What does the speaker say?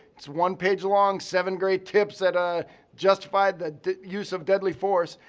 it's one page long, seven great tips that ah justify the use of deadly force.